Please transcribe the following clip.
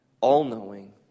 all-knowing